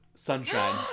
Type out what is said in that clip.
Sunshine